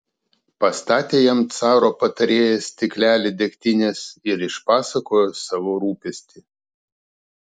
pastatė jam caro patarėjas stiklelį degtinės ir išpasakojo savo rūpestį